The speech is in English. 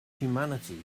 humanity